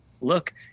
look